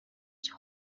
چیز